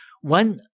One